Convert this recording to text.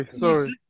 sorry